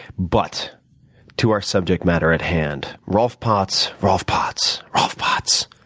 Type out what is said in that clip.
but to our subject matter at hand. rolf potts, rolf potts, rolf potts,